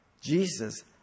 Jesus